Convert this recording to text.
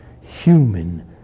human